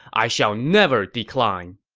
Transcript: i shall never decline.